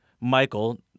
Michael